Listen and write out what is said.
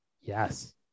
Yes